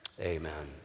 amen